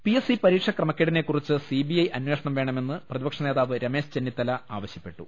P S C പരീക്ഷാ ക്രമക്കേടിനെ കുറിച്ച് സിബിഐ അന്വേഷണം വേണമെന്ന് പ്രതിപക്ഷ നേതാവ് രമേശ് ചെന്നിത്ത ല ആവശ്യപ്പെട്ടു